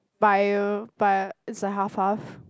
by by it's a half half